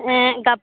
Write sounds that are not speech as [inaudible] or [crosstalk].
ᱮᱸ ᱻ ᱜᱟᱯ [unintelligible]